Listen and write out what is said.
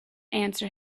answer